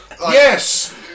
Yes